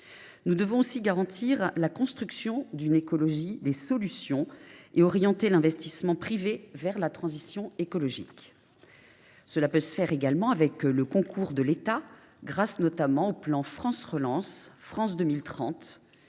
Nous devons aussi garantir la construction d’une écologie des solutions et orienter l’investissement privé vers la transition écologique. Cela passera également par le concours de l’État : au travers notamment des plans France Relance et France 2030,